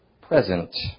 present